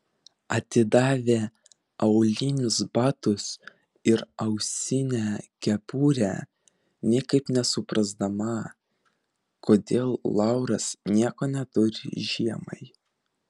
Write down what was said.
atidavė aulinius batus ir ausinę kepurę niekaip nesuprasdama kodėl lauras nieko neturi žiemai